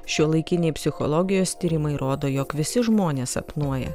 šiuolaikiniai psichologijos tyrimai rodo jog visi žmonės sapnuoja